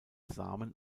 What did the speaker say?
samen